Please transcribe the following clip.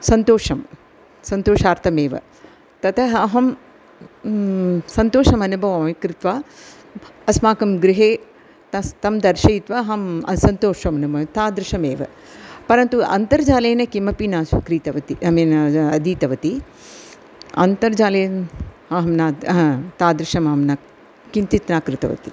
सन्तोषं सन्तोषार्थमेव ततः अहं सन्तोषम् अनुभवामि कृत्वा अस्माकं गृहे तस् तं दर्शयित्वा अहं अ सन्तोषं न म तादृशमेव परन्तु अन्तर्जालेन किमपि न क्रीतवती अमीन् अधितवती अन्तर्जाले अहं न अ तादृशम् अहं न किञ्चित् न कृतवती